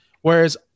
Whereas